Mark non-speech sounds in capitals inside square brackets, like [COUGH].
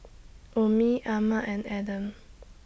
[NOISE] Ummi Ahmad and Adam